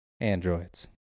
Androids